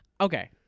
Okay